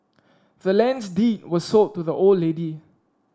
the land's deed was sold to the old lady